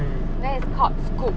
then it's called stroop